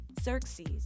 Xerxes